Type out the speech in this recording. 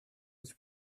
was